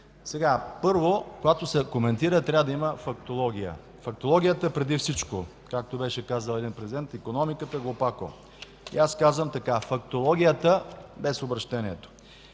Първо, когато се аргументира, трябва да има фактология. Фактологията, преди всичко, както беше казал един президент: „Икономиката, глупако!”. И аз казвам така – фактологията, без обръщението.